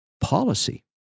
Policy